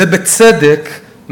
ובצדק,